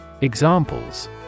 Examples